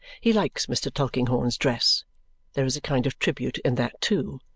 he likes mr. tulkinghorn's dress there is a kind of tribute in that too.